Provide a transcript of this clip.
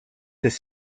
his